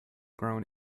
grown